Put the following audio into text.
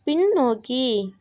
பின்னோக்கி